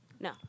No